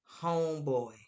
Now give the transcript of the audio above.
homeboy